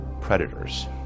predators